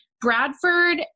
Bradford